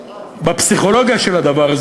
בפסיכולוגיה של הדבר,